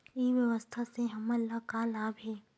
ई व्यवसाय से हमन ला का लाभ हे?